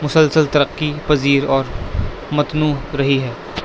مسلسل ترقی پذیر اور متنوع رہی ہے